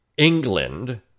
England